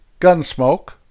Gunsmoke